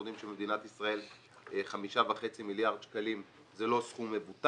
מה גם שאנחנו יודעים שבמדינת ישראל 5.5 מיליארד שקלים זה לא סכום מבוטל,